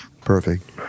Perfect